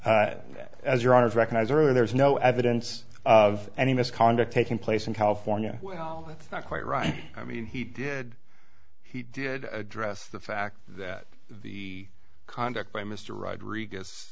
as your owners recognize earlier there is no evidence of any misconduct taking place in california well that's not quite right i mean he did he did address the fact that the conduct by mr rodriguez